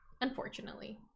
unfortunately